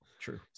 true